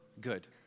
good